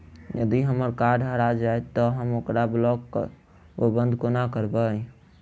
यदि हम्मर कार्ड हरा जाइत तऽ हम ओकरा ब्लॉक वा बंद कोना करेबै?